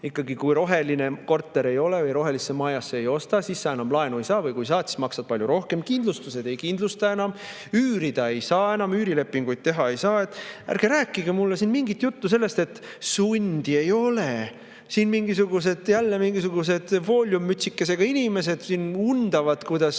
korter roheline ei ole või [korterit] rohelisse majasse ei osta, siis sa laenu enam ei saa või kui saad, siis maksad palju rohkem. Kindlustused ei kindlusta enam. Üürida ei saa enam, üürilepinguid teha ei saa. Ärge rääkige mulle siin mingit juttu sellest, et sundi ei ole, et siin jälle mingisugused fooliummütsikesega inimesed undavad, kuidas